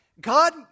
God